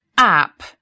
App